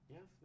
Yes